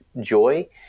joy